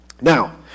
Now